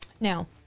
Now